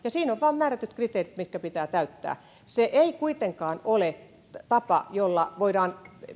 siinä on vain määrätyt kriteerit mitkä pitää täyttää se ei kuitenkaan ole sellainen tapa että voidaan